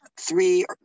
three